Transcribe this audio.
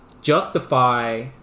justify